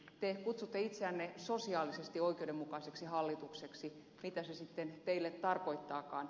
te kutsutte itseänne sosiaalisesti oikeudenmukaiseksi hallitukseksi mitä se sitten teille tarkoittaakaan